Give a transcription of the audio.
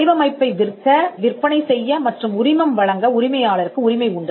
வடிவமைப்பை விற்க விற்பனை செய்ய மற்றும் உரிமம் வழங்க உரிமையாளருக்கு உரிமை உண்டு